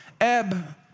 ebb